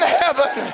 heaven